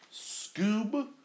Scoob